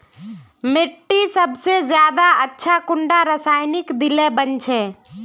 मिट्टी सबसे ज्यादा अच्छा कुंडा रासायनिक दिले बन छै?